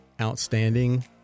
outstanding